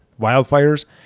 wildfires